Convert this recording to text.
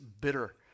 bitter